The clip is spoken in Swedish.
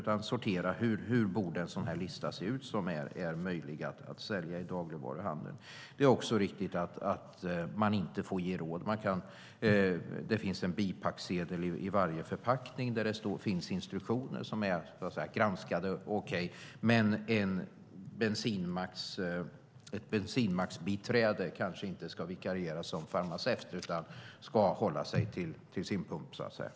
Vi har fått hjälp med att bestämma hur en lista på sådant som är möjligt att sälja i dagligvaruhandeln borde se ut. Det är också riktigt att man inte får ge råd. Det finns en bipacksedel i varje förpackning där det finns instruktioner som är granskade. Men ett bensinmacksbiträde kanske inte ska vikariera som farmaceut utan hålla sig till sin pump, så att säga.